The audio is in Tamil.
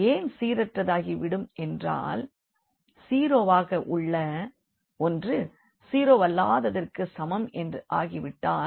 ஏன் சீரற்றதாகிவிடும் என்றால் 0 வாக உள்ள ஒன்று ஜீரோவல்லாததற்கு சமம் என்று ஆகிவிட்டதால்